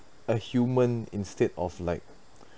a human instead of like